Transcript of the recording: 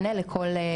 בואו נגיד,